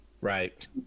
right